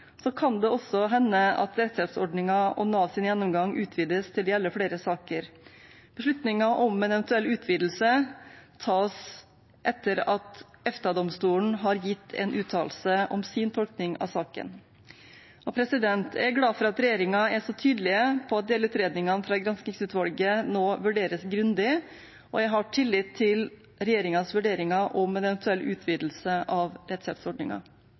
kan det også hende at rettshjelpsordningen og Navs gjennomgang utvides til å gjelde flere saker. Beslutningen om en eventuell utvidelse tas etter at EFTA-domstolen har gitt en uttalelse om sin tolkning av saken. Jeg er glad for at regjeringen er så tydelig på at delutredningen fra granskningsutvalget nå vurderes grundig, og jeg har tillit til regjeringens vurderinger om en eventuell utvidelse av